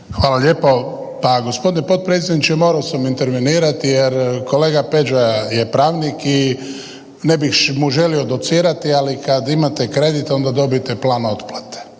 Hvala lijepo. Pa gospodine potpredsjedniče morao sam intervenirati jer kolega Peđa je pravnik i ne bih mu želio docirati, ali kad imate kredit onda dobijete plan otplate.